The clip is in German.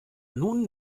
nun